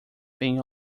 thing